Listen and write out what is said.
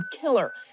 killer